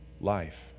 life